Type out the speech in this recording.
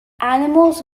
animals